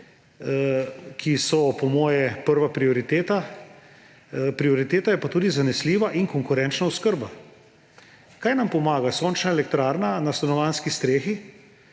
ki so po moje prva prioriteta. Prioriteta je pa tudi zanesljiva in konkurenčna oskrba. Kaj nam pomaga sončna elektrarna na stanovanjski strehi